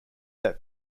that